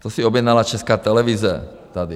To si objednala Česká televize tady.